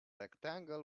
rectangle